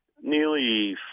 nearly